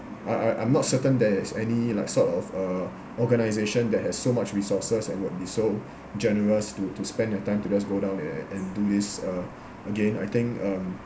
I I I'm not certain there is any like sort of uh organisation that has so much resources and would be so generous to to spend their time to just go down there and do this uh again I think um